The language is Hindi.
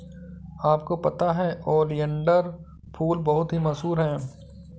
आपको पता है ओलियंडर फूल बहुत ही मशहूर है